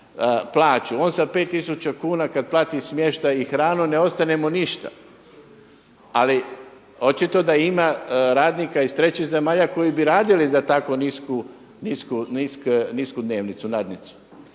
on sa 5000 kuna kad plati smještaj i hranu ne ostane mu ništa. Ali očito da ima radnika iz trećih zemalja koji bi radili za tako nisku dnevnicu, nadnicu